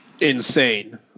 insane